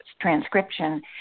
transcription